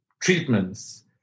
treatments